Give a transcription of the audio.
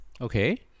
Okay